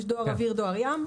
יש דואר אוויר ודואר ים.